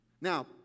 Now